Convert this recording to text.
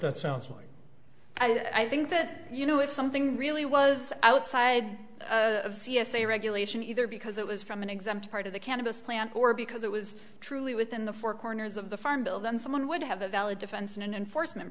that sounds like and i think that you know if something really was outside of c s a regulation either because it was from an exempt part of the cannabis plant or because it was truly within the four corners of the farm bill then someone would have a valid defense in an enforcement